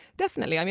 definitely.